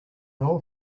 old